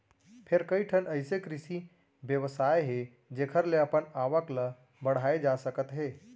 फेर कइठन अइसन कृषि बेवसाय हे जेखर ले अपन आवक ल बड़हाए जा सकत हे